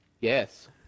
Yes